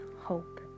hope